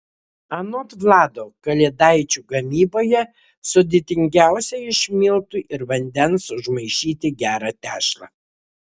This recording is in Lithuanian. anot vlado kalėdaičių gamyboje sudėtingiausia iš miltų ir vandens užmaišyti gerą tešlą